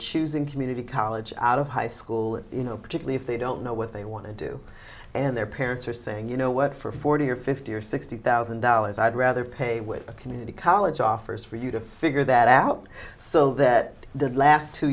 choosing community college out of high school you know particularly if they don't know what they want to do and their parents are saying you know what for forty or fifty or sixty thousand dollars i'd rather pay with a community college offers for you to figure that out so that the last two